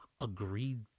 agreed